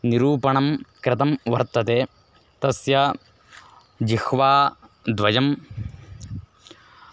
निरूपणं कृतं वर्तते तस्य जिह्वाद्वयं